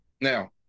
Now